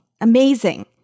amazing